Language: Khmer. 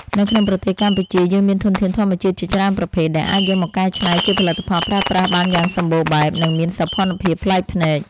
នៅក្នុងប្រទេសកម្ពុជាយើងមានធនធានធម្មជាតិជាច្រើនប្រភេទ ដែលអាចយកមកកែច្នៃជាផលិតផលប្រើប្រាស់បានយ៉ាងសម្បូរបែប និង មានសោភ័ណភាពប្លែកភ្នែក។